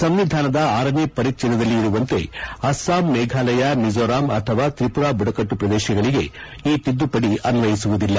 ಸಂವಿಧಾನದ ಆರನೇ ಪರಿಚ್ಲೇದದಲ್ಲಿ ಇರುವಂತೆ ಅಸ್ತಾಂ ಮೇಘಾಲಯ ಮಿಜೋರಾಂ ಅಥವಾ ತ್ರಿಪುರ ಬುಡಕಟ್ಲು ಪ್ರದೇಶಗಳಿಗೆ ಈ ತಿದ್ದುಪಡಿ ಅನ್ವಿಯಿಸುವುದಿಲ್ಲ